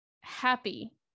happy